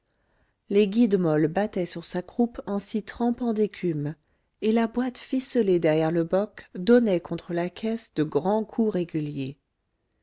les guides molles battaient sur sa croupe en s'y trempant d'écume et la boîte ficelée derrière le boc donnait contre la caisse de grands coups réguliers